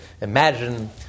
imagine